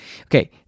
Okay